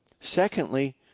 Secondly